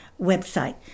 website